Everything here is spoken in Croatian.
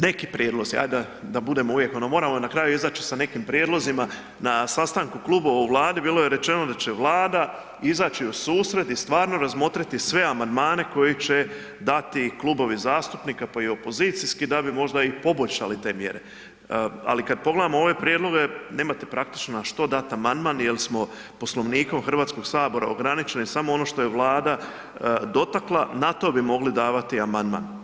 Neki prijedlozi, ajd da budemo uvijek ono, moramo na kraju izaći sa nekim prijedlozima, na sastanku klubova u Vladi bilo je rečeno da će Vlada izaći u susret i stvarno razmotriti sve amandmane koji će dati klubovi zastupnika pa i opozicijski da bi možda i poboljšali te mjere, ali kad pogledamo ove prijedloge nemate praktično na što dati amandman jer smo Poslovnikom Hrvatskog sabora ograničeni samo ono što je Vlada dotakla na to bi mogli davati amandman.